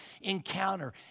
encounter